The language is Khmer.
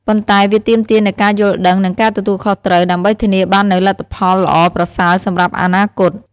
ប៉ុន្តែវាទាមទារនូវការយល់ដឹង និងការទទួលខុសត្រូវ ដើម្បីធានាបាននូវលទ្ធផលល្អប្រសើរសម្រាប់អនាគត។